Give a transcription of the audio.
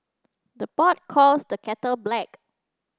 the pot calls the kettle black